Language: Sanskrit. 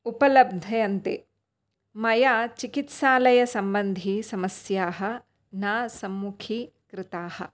उपलभ्यन्ते मया चिकित्सालयसम्बन्धी समस्याः न सम्मुखी कृताः